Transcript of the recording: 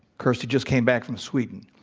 kirsty just came back from sweden.